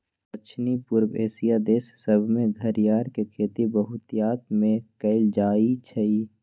दक्षिण पूर्वी एशिया देश सभमें घरियार के खेती बहुतायत में कएल जाइ छइ